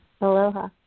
Aloha